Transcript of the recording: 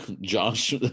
josh